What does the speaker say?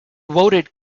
voted